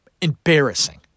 embarrassing